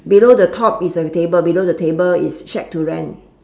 below the top is a table below the table is shack to rent